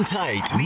tight